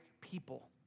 people